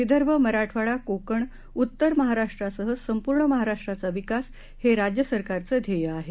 विदर्भ मराठवाडा कोकण उत्तर महाराष्ट्रासह संपूर्ण महाराष्ट्राचा विकास हे राज्य सरकारचं ध्येय आहे